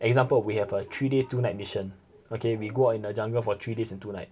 example we have a three day two night mission okay we go out in the jungle for three days two night